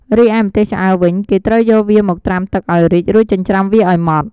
រីឯម្ទេសឆ្អើរវិញ គេត្រូវយកវាមកត្រាំទឹកឱ្យរីក រួចចិញ្ច្រាំវាឱ្យម៉ដ្ឋ។